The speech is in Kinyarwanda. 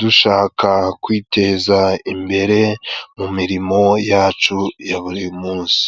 dushaka kwiteza imbere mu mirimo yacu ya buri munsi.